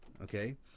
Okay